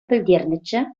пӗлтернӗччӗ